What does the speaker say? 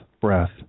breath